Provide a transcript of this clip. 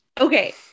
Okay